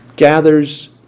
gathers